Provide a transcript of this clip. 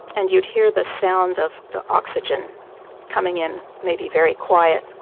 and you'd hear the sound of the oxygen coming in, maybe very quiet.